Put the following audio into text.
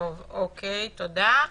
תודה.